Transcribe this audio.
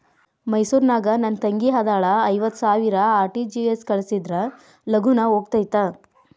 ಮೈಸೂರ್ ನಾಗ ನನ್ ತಂಗಿ ಅದಾಳ ಐವತ್ ಸಾವಿರ ಆರ್.ಟಿ.ಜಿ.ಎಸ್ ಕಳ್ಸಿದ್ರಾ ಲಗೂನ ಹೋಗತೈತ?